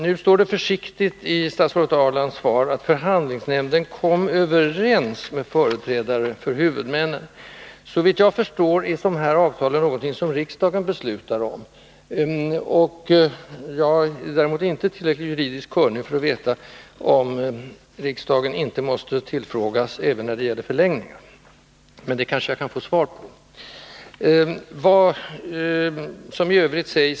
Nu står det i statsrådet Ahrlands svar försiktigt uttryckt på det sättet att förhandlingsnämnden ”kom överens” med företrädare för huvudmännen. Såvitt jag förstår är sådana här avtal någonting som riksdagen beslutar om. Jag är däremot inte tillräckligt juridiskt kunnig för att veta om riksdagen inte måste tillfrågas även när det gäller förlängningar, men den frågan kanske jag kan få svar på. Vad som i övrigt sägs i svaret fyller mig med en viss tillfredsställelse.